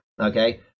okay